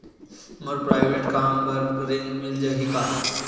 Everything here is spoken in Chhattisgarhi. मोर प्राइवेट कम बर ऋण मिल जाही का?